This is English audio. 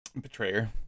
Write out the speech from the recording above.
Betrayer